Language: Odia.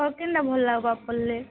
ଆଉ କେମିତି ଭଲ ଲାଗିବ ପଢ଼ିଲେ